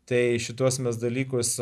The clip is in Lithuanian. tai šituos dalykus